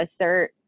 assert